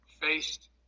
faced